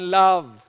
love